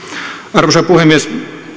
arvoisa puhemies